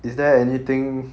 is there anything